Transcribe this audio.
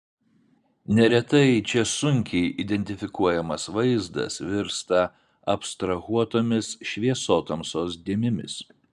neretai čia sunkiai identifikuojamas vaizdas virsta abstrahuotomis šviesotamsos dėmėmis